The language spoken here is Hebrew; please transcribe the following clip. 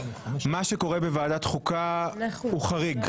מה שקורה בוועדת חוקה הוא חריג.